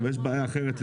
אבל יש בעיה אחרת,